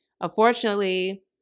unfortunately